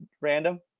random